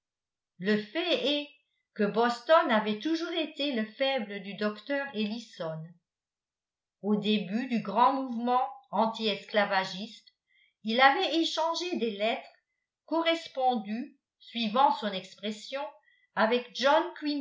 le fait est que boston avait toujours été le faible du docteur ellison au début du grand mouvement anti esclavagiste il avait échangé des lettres correspondu suivant son expression avec john